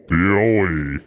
Billy